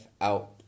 out